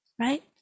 right